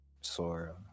sora